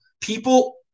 people